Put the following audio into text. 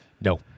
No